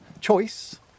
choice